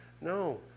No